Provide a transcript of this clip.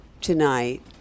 tonight